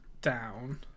down